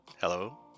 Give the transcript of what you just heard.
Hello